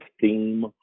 theme